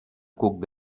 cuc